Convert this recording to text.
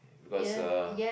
because uh